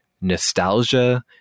nostalgia